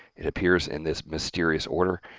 it appears in this mysterious order,